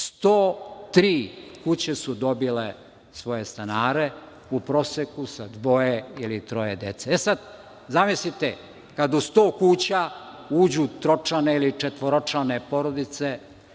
103 kuće su dobile svoje stanare u proseku sa dvoje ili troje dece. Zamislite kada u 100 kuća uđu tročlane ili četvoročlane porodice